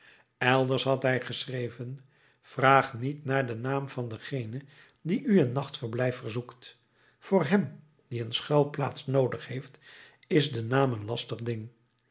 elders had hij geschreven vraag niet naar den naam van dengene die u een nachtverblijf verzoekt voor hem die een schuilplaats noodig heeft is de naam een lastig ding